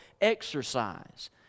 exercise